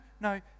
no